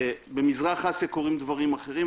במזרח אסיה קורים דברים אחרים,